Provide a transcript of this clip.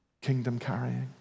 kingdom-carrying